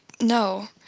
no